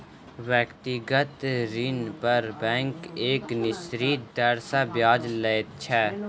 व्यक्तिगत ऋण पर बैंक एक निश्चित दर सॅ ब्याज लैत छै